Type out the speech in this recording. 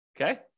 Okay